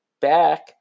back